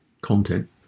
Content